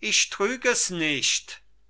ich trüg es nicht